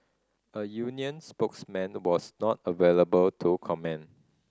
a union spokesman was not available to comment